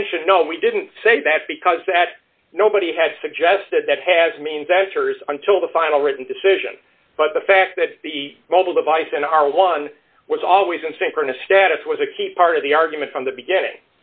distinction no we didn't say that because that nobody had suggested that has means actors until the final written decision but the fact that the mobile device in our one was always in synchronous status was a key part of the argument from the beginning